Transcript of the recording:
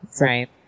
Right